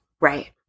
Right